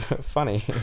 funny